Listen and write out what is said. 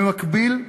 במקביל,